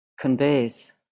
conveys